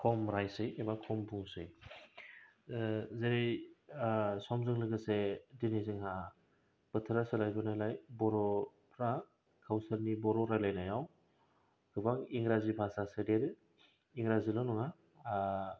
खम रायसै एबा खम बुंसै जेरै समजों लोगोसे दिनै जोंहा बोथोरा सोलायबोनायलाय बर' फ्रा गावसोरनि बर' रायलायनयाव गोबां इंराजि भाषा सोदेरो इंराजिल' नङा